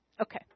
Okay